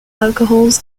alcohols